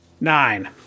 nine